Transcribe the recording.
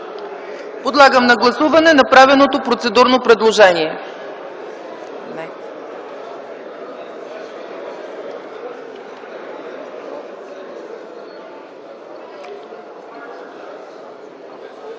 Подлагам на гласуване направеното процедурно предложение.